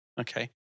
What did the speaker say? Okay